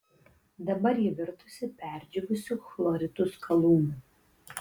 dabar ji virtusi perdžiūvusiu chloritų skalūnu